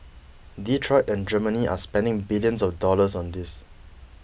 Detroit and Germany are spending billions of dollars on this